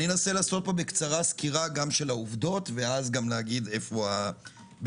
אנסה לעשות פה סקירה של העובדות ואז גם נגיד איפה הביקורת.